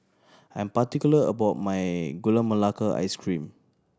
I'm particular about my Gula Melaka Ice Cream